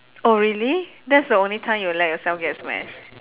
oh really that's the only time you'll let yourself get smashed